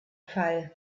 fall